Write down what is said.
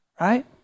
Right